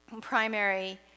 primary